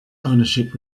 ownership